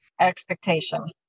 expectation